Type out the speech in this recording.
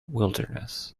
wilderness